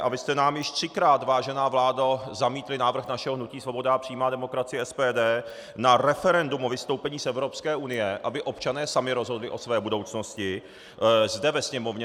A vy jste nám již třikrát, vážená vládo, zamítli návrh našeho hnutí Svoboda a přímá demokracie SPD na referendum o vystoupení z Evropské unie, aby občané sami rozhodli o své budoucnosti, zde ve Sněmovně.